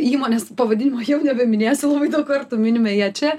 įmonės pavadinimo jau nebeminėsiu labai daug kartų minime ją čia